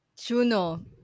Juno